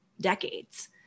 decades